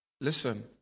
Listen